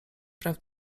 praw